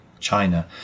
China